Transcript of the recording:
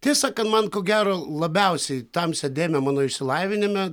tiesą sakant man ko gero labiausiai tamsią dėmę mano išsilavinime